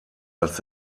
als